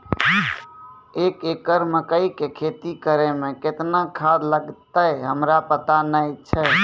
एक एकरऽ मकई के खेती करै मे केतना खाद लागतै हमरा पता नैय छै?